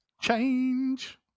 Change